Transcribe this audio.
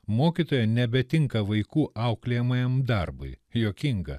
mokytoja nebetinka vaikų auklėjamajam darbui juokinga